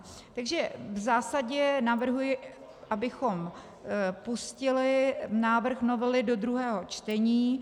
V zásadě navrhuji, abychom pustili návrh novely do druhého čtení.